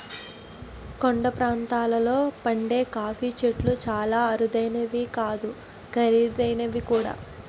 కొండ ప్రాంతాల్లో పండే కాఫీ చెట్లు చాలా అరుదైనవే కాదు ఖరీదైనవి కూడా